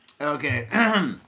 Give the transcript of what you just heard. Okay